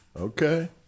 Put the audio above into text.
Okay